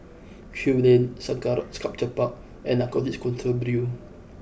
Kew Lane Sengkang Sculpture Park and Narcotics Control Bureau